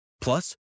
Plus